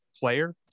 player